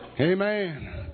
Amen